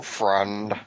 friend